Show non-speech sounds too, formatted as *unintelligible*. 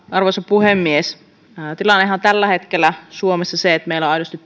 arvoisa puhemies tilannehan on tällä hetkellä suomessa se että meillä on aidosti *unintelligible*